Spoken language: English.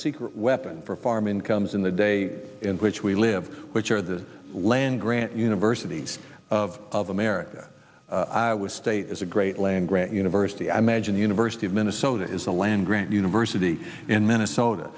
secret weapon for farm incomes in the day in which we live which are the land grant universities of america i was state is a great land grant university i imagine the university of minnesota is a land grant university in minnesota